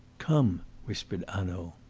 come, whispered hanaud.